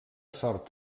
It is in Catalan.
sort